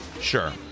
Sure